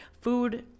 food